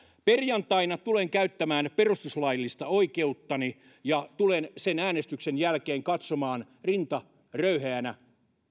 perjantaina tulen käyttämään perustuslaillista oikeuttani ja tulen sen äänestyksen jälkeen katsomaan rinta röyheänä